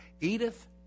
Edith